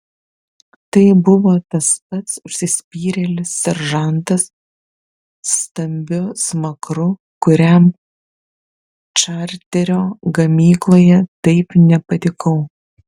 tai buvo tas pats užsispyrėlis seržantas stambiu smakru kuriam čarterio gamykloje taip nepatikau